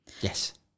Yes